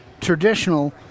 traditional